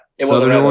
southern